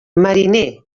mariner